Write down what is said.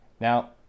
Now